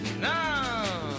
Now